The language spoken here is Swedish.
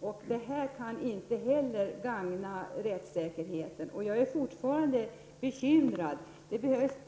var 1 300. Inte heller detta kan gagna rättssäkerheten. Jag är fortfarande bekymrad.